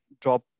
drop